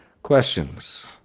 Questions